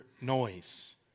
noise